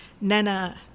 Nana